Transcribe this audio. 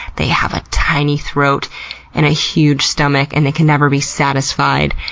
they have a tiny throat and huge stomach, and they can never be satisfied.